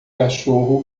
cachorro